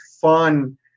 fun